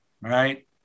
Right